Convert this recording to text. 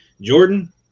jordan